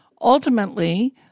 Ultimately